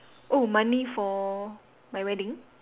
oh money for my wedding